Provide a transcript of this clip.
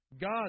God